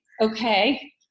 okay